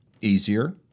easier